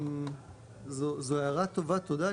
זו הערה טובה, תודה.